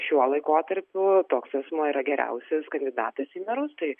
šiuo laikotarpiu toks asmuo yra geriausias kandidatas į merus tai